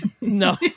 No